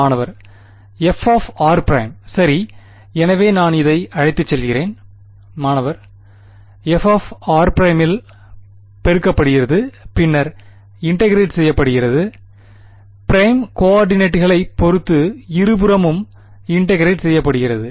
மாணவர் f r ′ சரி எனவே நான் இதை அழைத்துச் செல்கிறேன் மாணவர் Fr′ ஆல் பெருக்கப்படுகிறது பின்னர் இன்டெகிரெட் செய்யப்படுகிறது பிரைம் கோஆர்டினேட்டுகளைப் பொறுத்து இருபுறமும் இன்டெகிரெட் செய்யப்படுகிறது